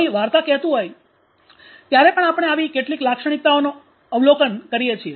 કોઈ વાર્તા કહેતું હોય ત્યારે પણ આપણે આવી કેટલીક લાક્ષણિકતાઓનું અવલોકન કરી શકીએ છીએ